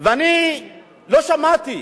ואני לא שמעתי,